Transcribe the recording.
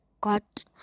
got